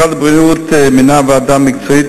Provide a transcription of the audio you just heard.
משרד הבריאות מינה ועדה מקצועית